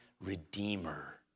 redeemer